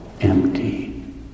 empty